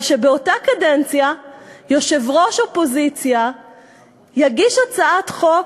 אבל שבאותה קדנציה יושב-ראש אופוזיציה יגיש הצעת חוק,